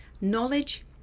Knowledge